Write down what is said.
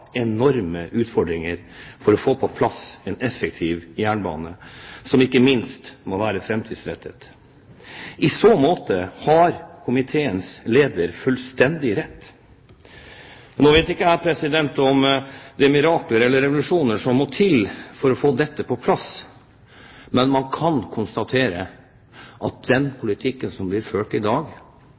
enorme utfordringer for å få på plass en effektiv jernbane, som ikke minst må være framtidsrettet. I så måte har komiteens leder fullstendig rett. Nå vet ikke jeg om det er mirakler eller revolusjoner som må til for å få dette på plass, men man kan konstatere at den politikken som blir ført i dag,